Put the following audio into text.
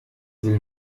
will